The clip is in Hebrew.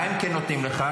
מה הם כן נותנים לך?